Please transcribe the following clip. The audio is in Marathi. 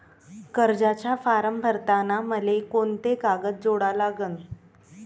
कर्जाचा फारम भरताना मले कोंते कागद जोडा लागन?